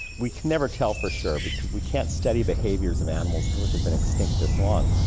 we can never tell for sure because we can't study behaviours of animals which have been extinct this long.